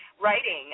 writing